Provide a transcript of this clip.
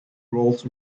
rolls